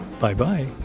Bye-bye